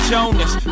Jonas